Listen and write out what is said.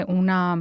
una